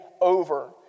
over